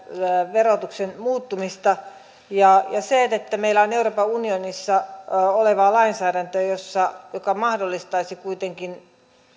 verotuksen muuttumista meillä on euroopan unionissa olevaa lainsäädäntöä joka mahdollistaisi kuitenkin